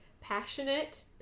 passionate